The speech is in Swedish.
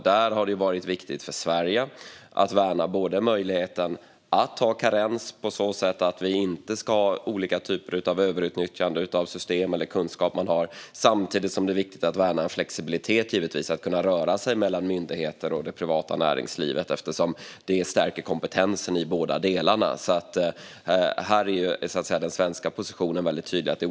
Där har det varit viktigt för Sverige att värna möjligheten att ha karens på så sätt att vi inte ska ha olika typer av överutnyttjande av system eller kunskap som man har, samtidigt som det är viktigt att värna flexibiliteten. Man ska givetvis kunna röra sig mellan myndigheter och det privata näringslivet eftersom detta stärker kompetensen hos båda. Den svenska positionen är väldigt tydlig här.